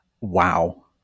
Wow